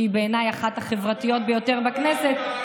שבעיניי היא אחת החברתיות ביותר בכנסת,